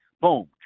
Boom